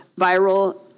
viral